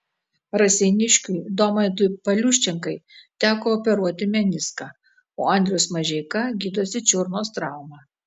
raseiniškiui domantui pauliuščenkai teko operuoti meniską o andrius mažeika gydosi čiurnos traumą